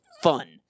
fun